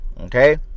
okay